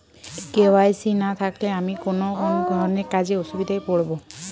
KYC না থাকলে আমি কোন কোন ধরনের কাজে অসুবিধায় পড়ব?